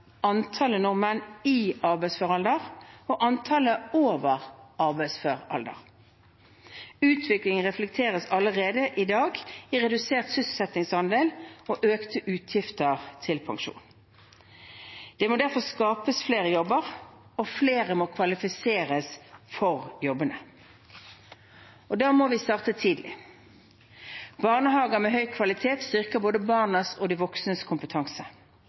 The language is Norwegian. antallet nordmenn i arbeidsfør alder og antallet nordmenn over arbeidsfør alder. Utviklingen reflekteres allerede i dag i redusert sysselsettingsandel og økte utgifter til pensjon. Det må derfor skapes flere jobber, og flere må kvalifiseres for jobbene. Da må vi starte tidlig. Barnehager med høy kvalitet styrker både barnas og de voksnes kompetanse.